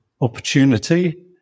opportunity